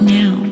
now